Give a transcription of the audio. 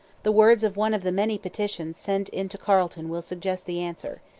the words of one of the many petitions sent in to carleton will suggest the answer.